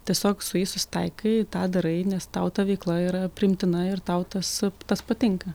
tiesiog su jais susitaikai tą darai nes tau ta veikla yra priimtina ir tau tas tas patinka